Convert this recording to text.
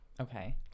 Okay